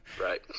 Right